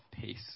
peace